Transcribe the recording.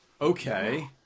Okay